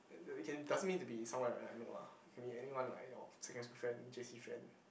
no you can doesn't need to be someone that I know lah I mean anyone like your secondary friend J_C friend